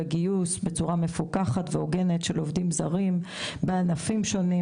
לגיוס בצורה מפוקחת והוגנת של עובדים זרים בענפים שונים,